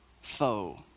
foe